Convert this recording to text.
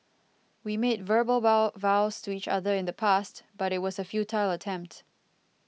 we made verbal vow vows to each other in the past but it was a futile attempt